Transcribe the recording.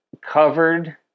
covered